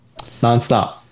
nonstop